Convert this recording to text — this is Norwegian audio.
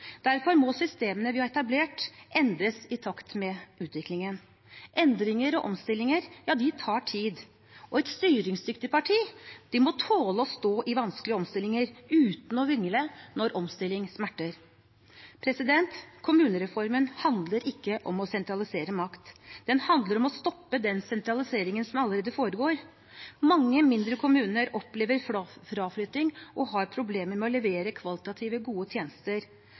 Derfor må systemene vi har etablert, endres i takt med utviklingen. Endringer og omstillinger tar tid, og et styringsdyktig parti må tåle å stå i vanskelige omstillinger uten å vingle når omstilling smerter. Kommunereformen handler ikke om å sentralisere makt, den handler om å stoppe den sentraliseringen som allerede foregår. Mange mindre kommuner opplever fraflytting, og har problemer med å levere kvalitativt gode tjenester.